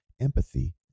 empathy